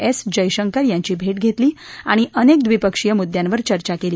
S Jaishankar यांची भे घेतली आणि अनेक द्विपक्षीय मुद्द्यांवर चर्चा केली